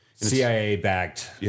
CIA-backed